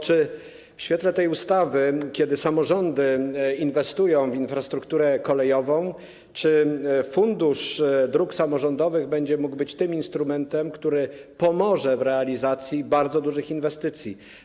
Czy w świetle tej ustawy, kiedy samorządy inwestują w infrastrukturę kolejową, Fundusz Dróg Samorządowych będzie mógł być tym instrumentem, który pomoże w realizacji bardzo dużych inwestycji?